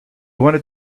wanted